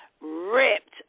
ripped